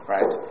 Right